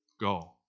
go